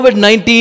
COVID-19